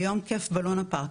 ליום כייף בלונה פארק.